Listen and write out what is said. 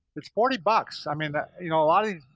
it's forty bucks, i mean you know a lot of these,